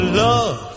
love